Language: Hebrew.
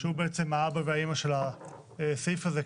שהוא האבא והאימא של הסעיף הזה,